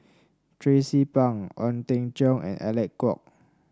Tracie Pang Ong Teng Cheong and Alec Kuok